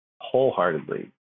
wholeheartedly